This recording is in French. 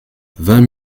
vingt